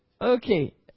Okay